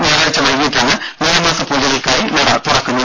ഞായറാഴ്ച്ച വൈകീട്ടാണ് മീനമാസ പൂജകൾക്കായി നട തുറക്കുന്നത്